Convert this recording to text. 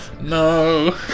No